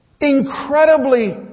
Incredibly